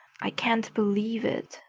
i can't believe it!